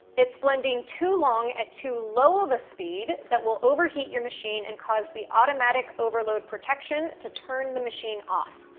it's blending too long at too low of a speed that will overheat your machine and cause the automatic overload protection to turn the machine off.